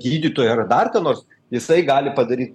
gydytojui ar dar ką nors jisai gali padaryt